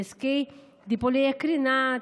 נזקי טיפולי קרינה,